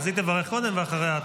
היא תברך קודם ואחריה אתה.